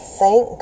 thank